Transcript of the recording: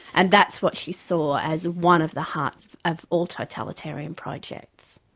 and that's what she saw as one of the hearts of all totalitarianism projects.